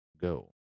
go